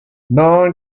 non